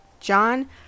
john